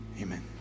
Amen